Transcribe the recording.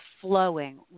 flowing